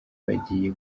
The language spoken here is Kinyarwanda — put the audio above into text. bagiye